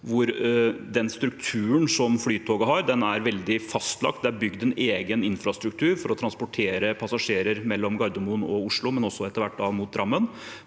hvor den strukturen som Flytoget har, er veldig fastlagt. Det er bygd en egen infrastruktur for å transportere passasjerer mellom Gardermoen og Oslo, men også etter hvert mot Drammen,